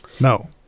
No